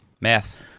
Math